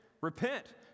Repent